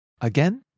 Again